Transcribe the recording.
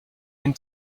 and